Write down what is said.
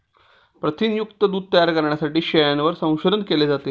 प्रथिनयुक्त दूध तयार करण्यासाठी शेळ्यांवर संशोधन केले जाते